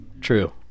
True